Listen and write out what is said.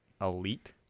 elite